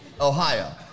Ohio